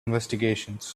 investigations